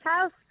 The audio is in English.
house